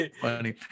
funny